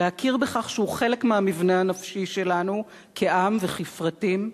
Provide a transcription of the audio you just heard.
להכיר בכך שהוא חלק מהמבנה הנפשי שלנו כעם וכפרטים,